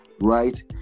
right